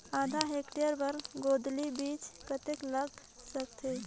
आधा हेक्टेयर बर गोंदली बीच कतेक लाग सकथे?